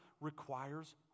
requires